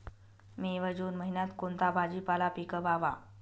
मे व जून महिन्यात कोणता भाजीपाला पिकवावा?